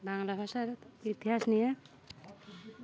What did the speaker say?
বাংলা ভাষার ইতিহাস নিয়ে